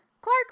Clark